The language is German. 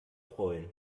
freuen